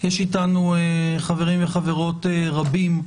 יש איתנו חברים וחברות רבים,